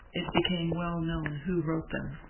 it became well known who wrote them,